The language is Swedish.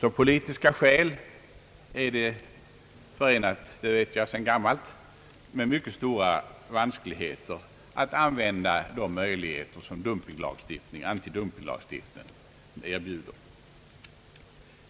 Av politiska skäl är det dock, det vet jag sedan gammalt, förenat med mycket stora vanskligheter att använda de möjligheter, som antidumpinglagstiftningen erbjuder.